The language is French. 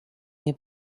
mes